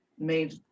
made